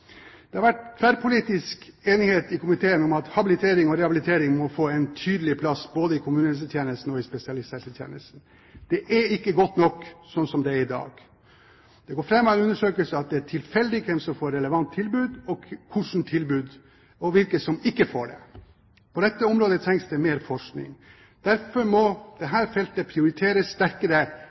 Det har vært tverrpolitisk enighet i komiteen om at habilitering og rehabilitering må få en tydelig plass både i kommunehelsetjenesten og i spesialisthelsetjenesten. Det er ikke godt nok slik det er i dag. Det går fram av en undersøkelse at det er tilfeldig hvem som får et relevant tilbud, og hvem som ikke får det. På dette området trengs det mer forskning. Derfor må dette feltet prioriteres sterkere